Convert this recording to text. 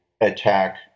attack